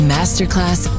Masterclass